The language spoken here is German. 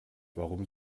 warum